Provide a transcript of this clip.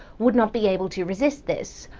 would not be able to resist this.